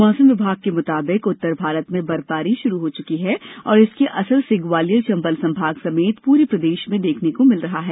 मौसम विभाग के मुताबिक उत्तर भारत में बर्फबारी शुरू हो चुकी है और इसके असर से ग्वालियर चम्बल संभाग समेत पूरे प्रदेश में देखने को मिल रहा है